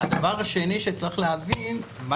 הדבר השני שצריך להבין,